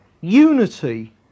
unity